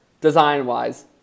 design-wise